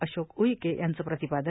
अशोक उईके याचं प्रतिपादन